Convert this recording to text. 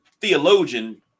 theologian